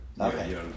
Okay